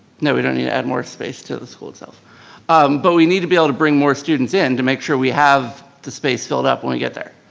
no, we don't need to add more space to the school itself but we need to be able to bring more students in to make sure we have the space filled up when we get there.